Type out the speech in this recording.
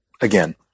again